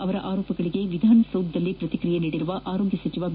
ಅವರ ಆರೋಪಗಳಿಗೆ ವಿಧಾನಸೌಧದಲ್ಲಿ ಪ್ರತಿಕ್ರಿಯೆ ನೀಡಿರುವ ಆರೋಗ್ಯ ಸಚಿವ ಬಿ